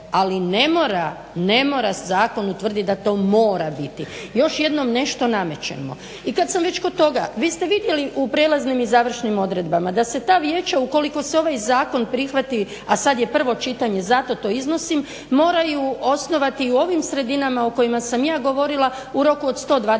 ali ne moram zakon utvrditi da to mora biti. Još jednom nešto namećemo. I kada sam već kod toga, vi ste vidjeli u prelaznim i završnim odredbama da se ta vijeća ukoliko se ovaj zakon prihvati, a sada je prvo čitanje zato to iznosim moraju osnovati u ovim sredinama o kojima sam ja govorila u roku od 120